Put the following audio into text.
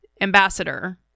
ambassador